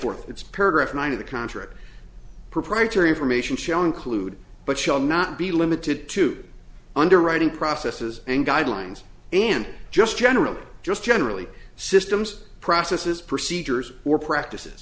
for it's paragraph nine of the contract proprietary information shown clude but shall not be limited to underwriting processes and guidelines and just generally just generally systems processes procedures or practices